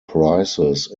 prizes